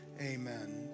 amen